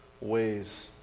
ways